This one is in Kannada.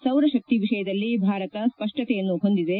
ಸೌರಶಕ್ತಿ ವಿಷಯದಲ್ಲಿ ಭಾರತ ಸ್ಪಷ್ಟಕೆಯನ್ನು ಹೊಂದಿದೆ